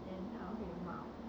then 他会骂我